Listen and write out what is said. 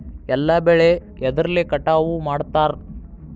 ಎಲ್ಲ ಬೆಳೆ ಎದ್ರಲೆ ಕಟಾವು ಮಾಡ್ತಾರ್?